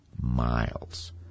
miles